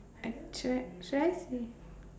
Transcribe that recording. I should I should I say